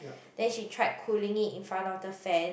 then she tried cooling it in front of the fan